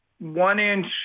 one-inch